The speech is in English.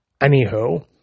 Anywho